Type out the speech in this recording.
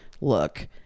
look